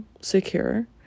secure